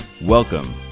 Welcome